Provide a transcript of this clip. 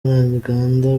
ntaganda